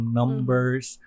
numbers